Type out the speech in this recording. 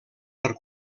per